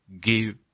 give